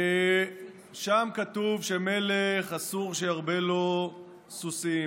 ושם כתוב שמלך, אסור שירבה לו סוסים